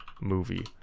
movie